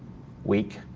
weak?